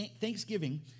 Thanksgiving